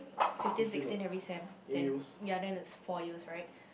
fifteen sixteen every sem then ya then it's four years right